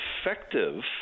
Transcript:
effective